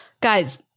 Guys